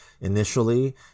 initially